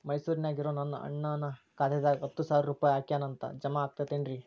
ಮೈಸೂರ್ ನ್ಯಾಗ್ ಇರೋ ನನ್ನ ಅಣ್ಣ ನನ್ನ ಖಾತೆದಾಗ್ ಹತ್ತು ಸಾವಿರ ರೂಪಾಯಿ ಹಾಕ್ಯಾನ್ ಅಂತ, ಜಮಾ ಆಗೈತೇನ್ರೇ?